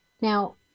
Now